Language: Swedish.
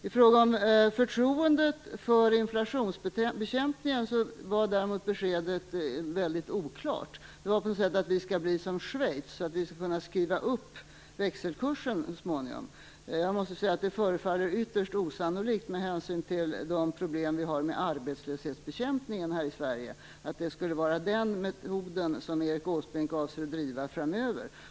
I fråga om förtroendet för inflationsbekämpningen var däremot beskedet väldigt oklart. Det var på något sätt att vi skall bli som Schweiz, att vi skall kunna skriva upp växelkursen så småningom. Jag måste säga att det förefaller ytterst osannolikt, med hänsyn till de problem vi har med arbetslöshetsbekämpningen här i Sverige, att det skulle vara den metoden som Erik Åsbrink avser att driva framöver.